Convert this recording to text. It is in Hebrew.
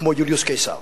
כמו יוליוס קיסר,